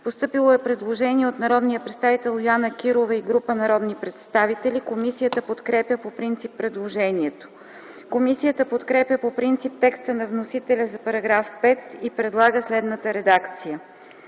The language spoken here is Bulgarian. Постъпило е предложение от народния представител Йоана Кирова и група народни представители. Комисията подкрепя по принцип предложението. Комисията подкрепя по принцип текста на вносителя за § 5 и предлага следната редакция: